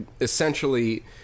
essentially